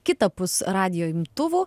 kitapus radijo imtuvų